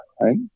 Right